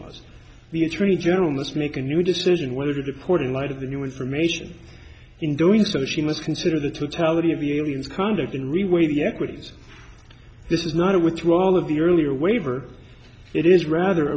laws the attorney general must make a new decision whether to deport in light of the new information in doing so she must consider the totality of the aliens conduct in real way the equities this is not a withdrawal of the earlier waiver it is rather